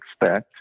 expect